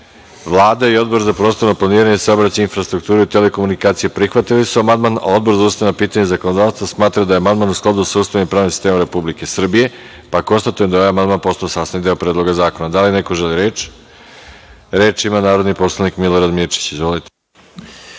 Vlada i Odbor za prostorno planiranje, saobraćaj, infrastrukturu i telekomunikacije prihvatili su amandman, a Odbor za ustavna pitanja i zakonodavstvo smatra da je amandman u skladu sa Ustavom i pravnim sistemom Republike Srbije. Konstatujem da je ovaj amandman postao sastavni deo Predloga zakona. Da li neko želi reč? Reč ima narodni poslanik Milorad Mirčić. Izvolite.